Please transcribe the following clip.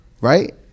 right